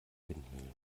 windmühlen